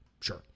Sure